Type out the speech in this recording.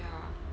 ya